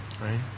right